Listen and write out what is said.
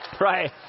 right